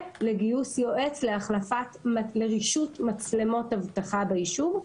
בנוסף, לגיוס יועץ לרישות מצלמות אבטחה בישוב.